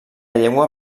llengua